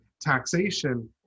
taxation